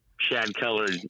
shad-colored